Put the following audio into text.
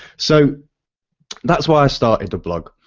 so that's why i started the blog.